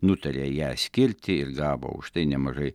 nutarė ją skirti ir gavo už tai nemažai